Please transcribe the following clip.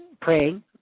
praying